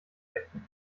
rechnen